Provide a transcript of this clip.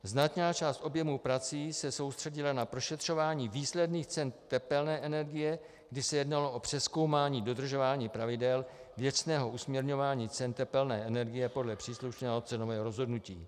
Značná část objemu prací se soustředila na prošetřování výsledných cen tepelné energie, kdy se jednalo o přezkoumání dodržování pravidel věcného usměrňování cen tepelné energie podle příslušného cenového rozhodnutí.